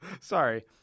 Sorry